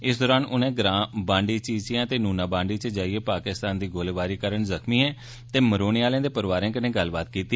इस दौरान उनें ग्रां बंडी चीचीयां ते नूना बंडी च जाइयै पाकिस्तान दी गोलाबारी कारण जख्मिएं ते मरोने आह्लें दे परोआरें कन्नै गल्लबात कीती